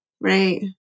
Right